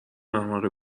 احمق